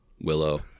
Willow